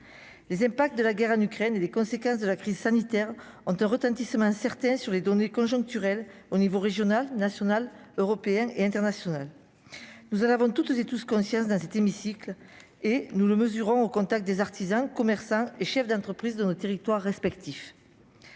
les impacts de la guerre en Ukraine et les conséquences de la crise sanitaire ont un retentissement certain sur les données conjoncturelles au niveau régional, national, européen et international, nous avons toutes et tous conscience dans cet hémicycle, et nous le mesurons au contact des artisans, commerçants et chefs d'entreprise de nos territoires respectifs,